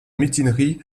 mutinerie